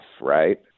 right